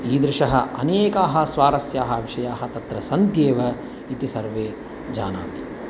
ईदृशः अनेकाः स्वारस्याः विषयाः तत्र सन्ति एव इति सर्वे जानन्ति